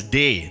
day